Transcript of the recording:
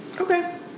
Okay